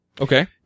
Okay